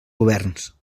governs